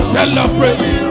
Celebrate